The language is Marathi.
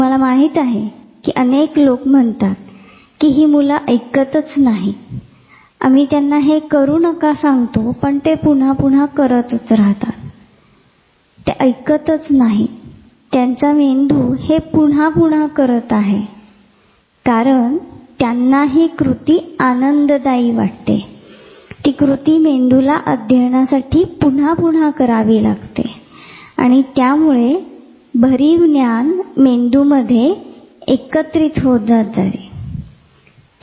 तुम्हाला माहित आहे कि अनेक लोक म्हणतात कि हि मुले ऐकत नाहीत आम्ही त्यांना करू नका सांगतो पण ते पुन्हा पुन्हा हे करत राहतात ते नाही करत त्यांचा मेंदू हे पुन्हा पुन्हा करत आहे कारण त्यांना हि कृती आनंददायी वाटते ती कृती मेंदूला अध्ययनासाठी पुन्हा पुन्हा करावी लागते आणि त्यामुळे ते भरीव ज्ञान मेंदूमध्ये एकत्रित होते